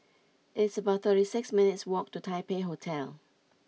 it's about thirty six minutes' walk to Taipei Hotel